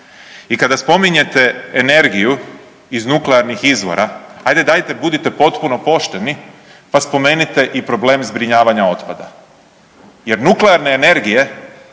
I kada spominjete energiju iz nuklearnih izvora, ajde dajte budite potpuno pošteni pa spomenite i problem zbrinjavanja otpada. Jer nuklearne energije,